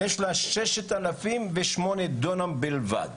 יש לה 6,008 דונם בלבד,